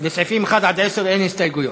לסעיף 11. לסעיפים 1 10 אין הסתייגויות.